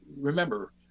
Remember